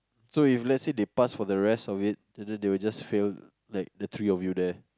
so if let's say they pass for the rest of it and then they will just fail like the three of you there